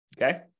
Okay